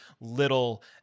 little